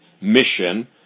mission